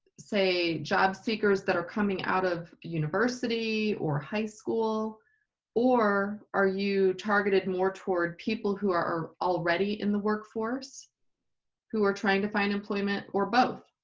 say job seekers that are coming out of university or high school or are you targeted more toward people who are already in the workforce who are trying to find employment or both?